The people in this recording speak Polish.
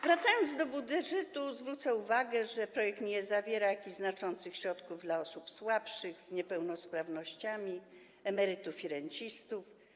Wracając do budżetu, zwrócę uwagę, że projekt nie zawiera jakichś znaczących środków dla osób słabszych, z niepełnosprawnościami, emerytów i rencistów.